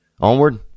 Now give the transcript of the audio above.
Onward